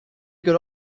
could